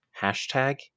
hashtag